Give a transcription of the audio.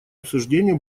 обсуждение